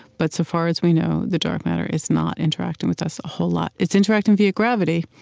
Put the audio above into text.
but so far as we know, the dark matter is not interacting with us a whole lot. it's interacting via gravity,